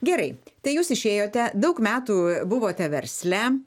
gerai tai jūs išėjote daug metų buvote versle